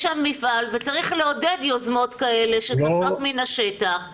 יש שם מפעל וצריך לעודד יוזמות כאלה שצצות מן השטח.